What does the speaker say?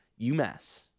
UMass